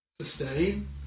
sustain